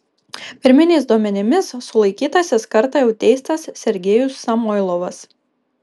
pirminiais duomenimis sulaikytasis kartą jau teistas sergejus samoilovas